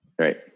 Right